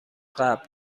قبل